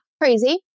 crazy